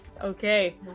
Okay